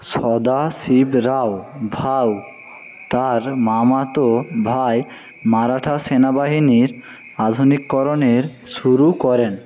সদাশিবরাও ভাউ তাঁর মামাতো ভাই মারাঠা সেনাবাহিনীর আধুনিকীকরণের শুরু করেন